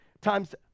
times